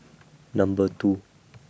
Number two